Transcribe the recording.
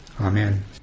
Amen